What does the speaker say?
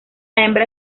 hembra